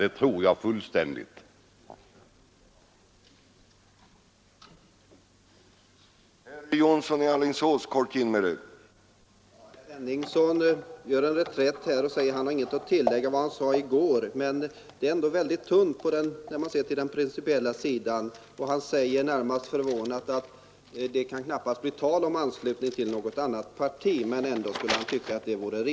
Det tror jag fullt och fast på.